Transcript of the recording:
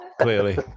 clearly